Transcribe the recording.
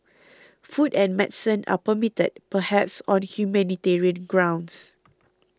food and medicine are permitted perhaps on humanitarian grounds